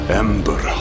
ember